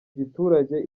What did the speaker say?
giturage